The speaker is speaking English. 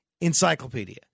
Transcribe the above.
encyclopedia